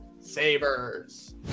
sabers